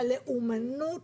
בלאומנות,